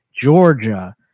Georgia